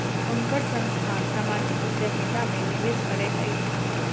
हुनकर संस्थान सामाजिक उद्यमिता में निवेश करैत अछि